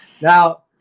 Now